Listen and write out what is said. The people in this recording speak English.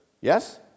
Yes